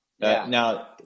Now